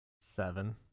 Seven